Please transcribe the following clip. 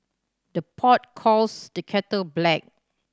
the pot calls the kettle black